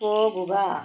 പോകുക